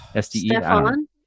Stefan